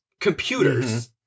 computers